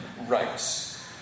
Rights